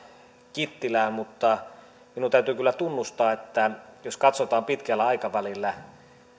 kittilään mutta minun täytyy kyllä tunnustaa että jos katsotaan pitkällä aikavälillä